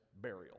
burial